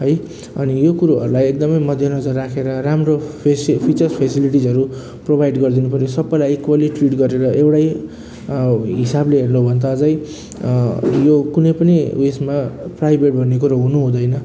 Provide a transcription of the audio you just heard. है अनि यो कुरोहरूलाई एकदमै मध्य नजर राखेर राम्रो फेसी फिचर फेसिलिटिजहरू प्रोभाइड गरिदिनु पऱ्यो सबैलाई इक्वेल्ली ट्रिट गरेर एउटै हिसाबले हेर्नु भने त अझै यो कुनै पनि उयोमा प्राइभेट भन्ने कुरो हुनु हुँदैन